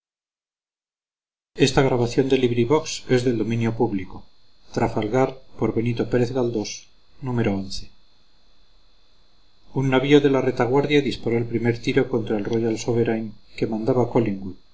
cañonazo un navío de la retaguardia disparó el primer tiro contra el royal sovereign que mandaba collingwood